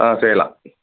ஆ செய்யலாம்